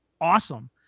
awesome